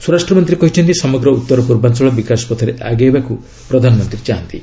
ସ୍ୱରାଷ୍ଟ୍ର ମନ୍ତ୍ରୀ କହିଛନ୍ତି ସମଗ୍ର ଉତ୍ତର ପୂର୍ବାଞ୍ଚଳ ବିକାଶ ପଥରେ ଆଗେଇବାକୁ ପ୍ରଧାନମନ୍ତ୍ରୀ ଚାହାନ୍ତି